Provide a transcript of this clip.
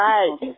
Right